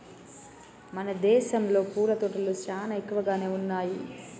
మన దేసంలో పూల తోటలు చానా ఎక్కువగానే ఉన్నయ్యి